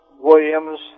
Williams